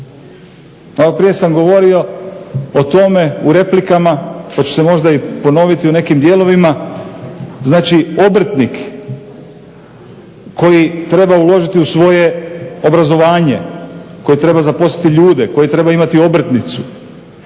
Malo prije sam govorio o tome u replikama, pa ću se možda i ponoviti u nekim dijelovima znači obrtnik koji treba uložiti u svoje obrazovanje, koji treba zaposliti ljude, koji treba imati obrtnicu,